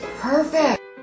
perfect